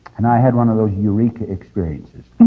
and i had one of those eureka experiences.